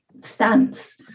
stance